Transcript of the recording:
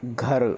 घर